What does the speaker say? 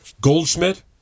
Goldschmidt